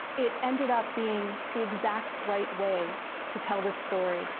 it ended up being the exact right way to tell this story,